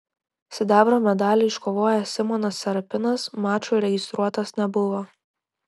sidabro medalį iškovojęs simonas serapinas mačui registruotas nebuvo